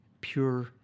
pure